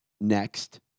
next